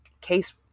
case